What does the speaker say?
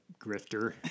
grifter